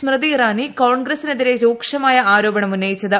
സ്മൃതി ഇറാനി കോൺഗ്രസിനെതിരെ രൂക്ഷമായ ആരോപണമുന്നയിച്ചത്